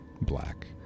black